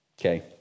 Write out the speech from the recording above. Okay